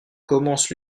commence